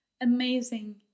Amazing